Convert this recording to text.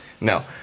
No